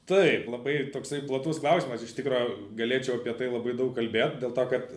taip labai toksai platus klausimas iš tikro galėčiau apie tai labai daug kalbėt dėl to kad